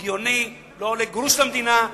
הגיוני, לא עולה גרוש למדינה.